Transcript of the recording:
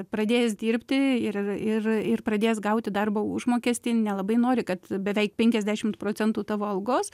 pradėjęs dirbti ir ir ir pradėjęs gauti darbo užmokestį nelabai nori kad beveik penkiasdešimt procentų tavo algos